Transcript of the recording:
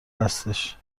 هستش